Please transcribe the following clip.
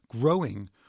growing